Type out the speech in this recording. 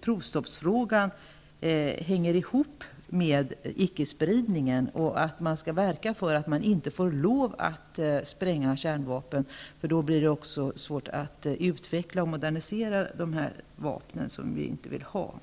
Provstoppsfrågan hänger därför ihop med icke-spridningen. Vi måste verka för att man inte får lov att spränga kärnvapen. Då blir det också svårt att utveckla och modernisera dessa vapen som vi inte vill ha.